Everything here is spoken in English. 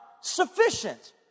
sufficient